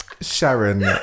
Sharon